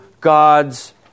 God's